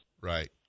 Right